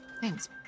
Thanks